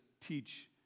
teach